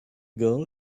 girl